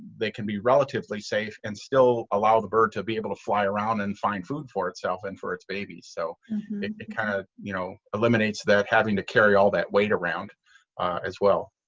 they can be relatively safe and still allow the bird to be able to fly around and find food for itself and for its baby. so it kind of you know eliminates having to carry all that weight around as well.